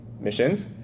missions